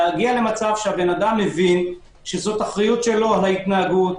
להגיע למצב שאדם מבין שזו אחריות שלו, ההתנהגות.